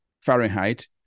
Fahrenheit